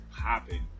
popping